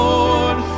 Lord